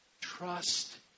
trust